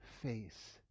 face